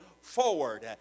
forward